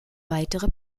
weitere